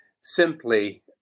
simply